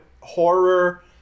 horror